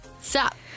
Stop